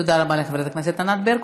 תודה רבה לחברת הכנסת ענת ברקו.